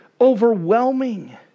overwhelming